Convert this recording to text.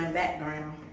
background